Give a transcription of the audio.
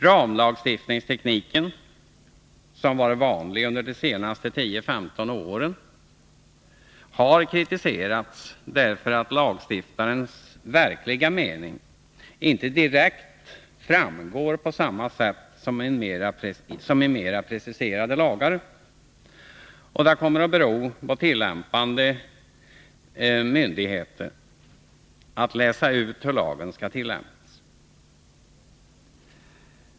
Ramlagstiftningstekniken, som varit vanlig under de senaste 10-15 åren, har kritiserats därför att lagstiftarens verkliga mening inte direkt framgår på samma sätt som i mera preciserade lagar, och det kommer att ankomma på tillämpande myndighet att läsa ut hur lagen skall tillämpas.